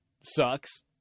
sucks